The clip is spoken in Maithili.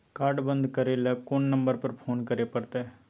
कार्ड बन्द करे ल कोन नंबर पर फोन करे परतै?